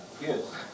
Yes